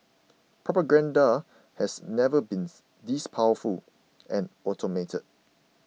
propaganda has never been this powerful and automated